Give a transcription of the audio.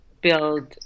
build